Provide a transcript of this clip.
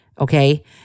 okay